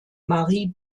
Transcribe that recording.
marie